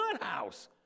house